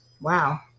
Wow